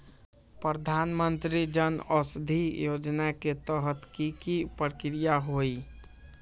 प्रधानमंत्री जन औषधि योजना के तहत की की प्रक्रिया होई?